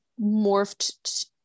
morphed